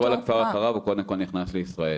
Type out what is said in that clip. מרדף שכל הכפר אחריו הוא קודם כל נכנס לישראל,